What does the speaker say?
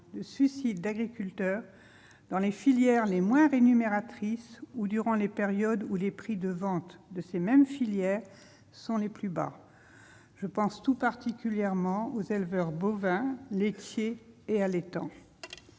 de suicides d'agriculteurs dans les filières les moins rémunératrices ou durant les périodes où les prix de vente de ces mêmes filières sont les plus bas. Je pense tout particulièrement aux éleveurs bovins laitiers et allaitants.